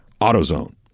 AutoZone